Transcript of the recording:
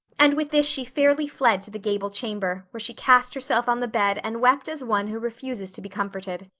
and with this she fairly fled to the gable chamber, where she cast herself on the bed and wept as one who refuses to be comforted.